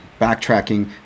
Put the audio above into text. backtracking